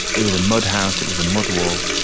it was a mud house, it was a mud wall.